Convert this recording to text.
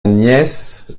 nièce